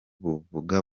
buvuga